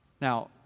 Now